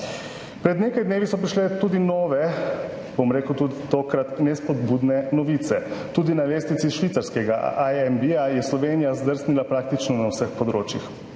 Pred nekaj dnevi so prišle tudi nove, tudi tokrat nespodbudne novice. Tudi na lestvici švicarskega AMD je Slovenija zdrsnila praktično na vseh področjih.